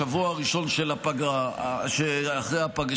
בשבוע הראשון שאחרי הפגרה,